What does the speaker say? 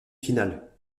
finale